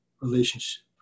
relationship